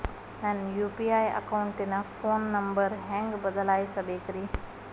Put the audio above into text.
ನನ್ನ ಯು.ಪಿ.ಐ ಅಕೌಂಟಿನ phone number ಹೆಂಗ್ ಬದಲಾಯಿಸ ಬೇಕ್ರಿ?